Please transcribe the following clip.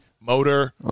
motor